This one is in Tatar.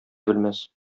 белмәс